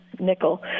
nickel